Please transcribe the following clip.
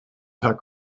tag